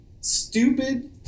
stupid